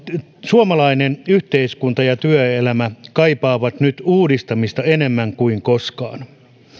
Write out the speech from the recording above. suomalainen yhteiskunta ja työelämä kaipaavat nyt uudistamista enemmän kuin koskaan